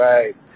Right